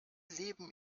leben